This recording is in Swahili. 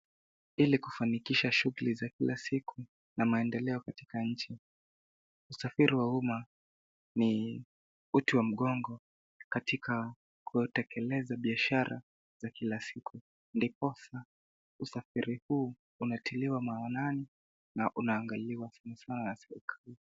Ili kufanikisha shughuli za kila siku na maendelo katika nchi, usafiri wa umma ni uti wa magongo katika kutekeleza biashara za kila siku ndiposa usafiri huu unatiliwa maanani na unaangaliwa sanasana na serikali.